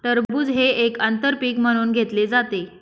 टरबूज हे एक आंतर पीक म्हणून घेतले जाते